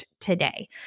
today